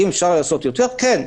האם אפשר לעשות יותר כן.